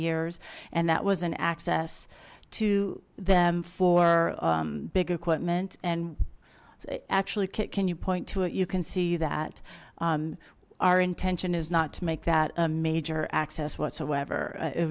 years and that was an access to them for big equipment and actually can you point to it you can see that our intention is not to make that a major access whatsoever it